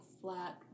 flat